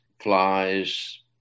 flies